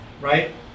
Right